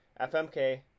FMK